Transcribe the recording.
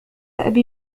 أبي